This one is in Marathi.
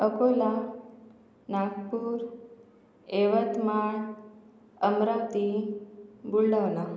अकोला नागपूर यवतमाळ अमरावती बुलढाणा